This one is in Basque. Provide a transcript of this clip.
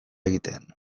egiten